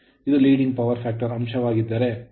ಇದು leading power factorಪ್ರಮುಖ ಶಕ್ತಿಯಅಂಶವಾಗಿದ್ದರೆ ಅದು